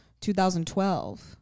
2012